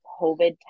COVID